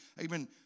Amen